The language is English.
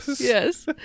Yes